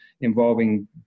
involving